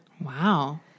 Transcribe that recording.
Wow